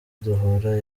duhura